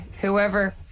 whoever